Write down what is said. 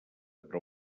però